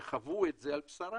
שחוו את זה על בשרם,